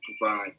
provide